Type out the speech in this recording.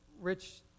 rich